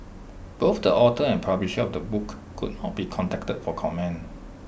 both the author and publisher of the book could not be contacted for comment